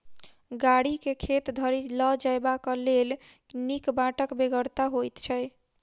गाड़ी के खेत धरि ल जयबाक लेल नीक बाटक बेगरता होइत छै